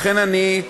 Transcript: לכן אני,